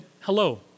hello